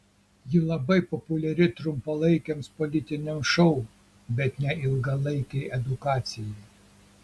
ji labai populiari trumpalaikiams politiniams šou bet ne ilgalaikei edukacijai